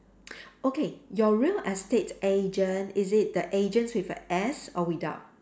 okay your real estate agent is it the agents with a S or without